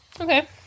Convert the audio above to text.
Okay